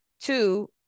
Two